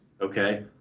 Okay